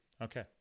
Okay